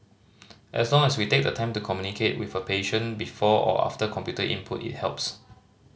as long as we take the time to communicate with a patient before or after computer input it helps